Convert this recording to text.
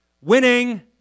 Winning